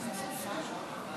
אדוני היושב-ראש.